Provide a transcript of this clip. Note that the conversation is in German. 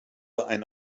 ein